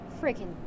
Freaking